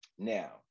Now